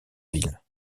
ville